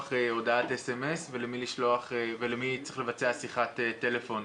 הודעת סמס ולמי צריך לבצע שיחת טלפון,